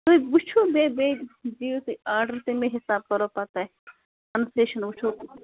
تُہۍ وُچھِو بیٚیہِ بیٚیہِ دِیو تُہۍ آرڈر تَمے حِسابہٕ کَرو پَتہٕ تۄہہِ کَنسیشَن وُچھو